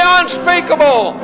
unspeakable